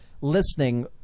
listening